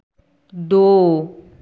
दो